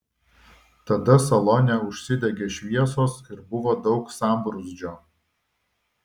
tada salone užsidegė šviesos ir buvo daug sambrūzdžio